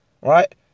right